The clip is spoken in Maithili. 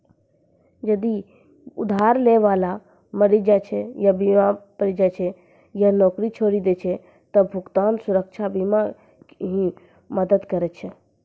जदि उधार लै बाला मरि जाय छै या बीमार होय जाय छै या नौकरी छोड़ि दै छै त भुगतान सुरक्षा बीमा ही मदद करै छै